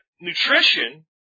nutrition